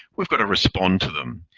we've got to respond to them.